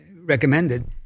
recommended